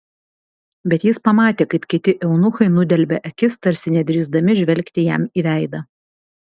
bet jis pamatė kaip kiti eunuchai nudelbia akis tarsi nedrįsdami žvelgti jam į veidą